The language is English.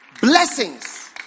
blessings